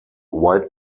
white